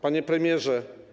Panie Premierze!